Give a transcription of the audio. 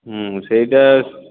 ହୁଁ ସେହିଟା